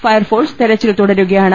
fire force തെരച്ചിൽ തുടരുകയാണ്